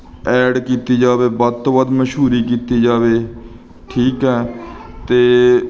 add ਕੀਤੀ ਜਾਵੇ ਵੱਧ ਤੋਂ ਵੱਧ ਮਸ਼ਹੂਰੀ ਕੀਤੀ ਜਾਵੇ ਠੀਕ ਏ ਅਤੇ